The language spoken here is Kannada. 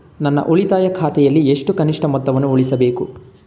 ನನ್ನ ಉಳಿತಾಯ ಖಾತೆಯಲ್ಲಿ ಎಷ್ಟು ಕನಿಷ್ಠ ಮೊತ್ತವನ್ನು ಉಳಿಸಬೇಕು?